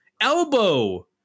Elbow